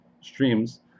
streams